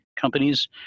companies